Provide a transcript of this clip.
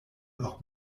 auch